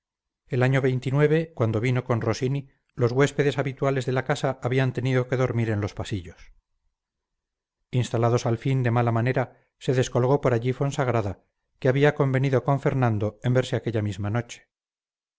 el año cuando vino con rossini los huéspedes habituales de la casa habían tenido que dormir en los pasillos instalados al fin de mala manera se descolgó por allí fonsagrada que había convenido con fernando en verse aquella misma noche